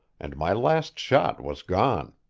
and my last shot was gone.